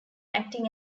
acting